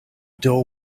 door